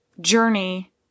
journey